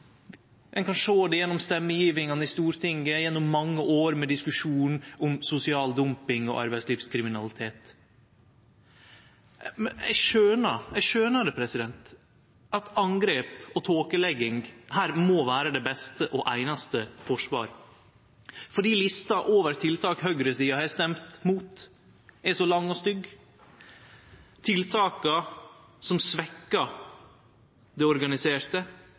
Ein kan sjå det gjennom stemmegjevingane i Stortinget gjennom mange år med diskusjon om sosial dumping og arbeidslivskriminalitet. Eg skjønar at angrep og tåkelegging her må vere det beste og einaste forsvaret, for lista over tiltak som høgresida har stemt imot, er lang og stygg, tiltaka som svekte det organiserte